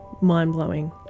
mind-blowing